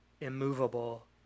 immovable